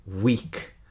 weak